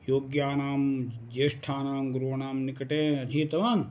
योग्यानां ज्येष्ठानां गुरूणां निकटे अधीतवान्